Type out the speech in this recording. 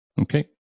Okay